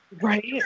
Right